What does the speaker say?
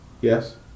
Yes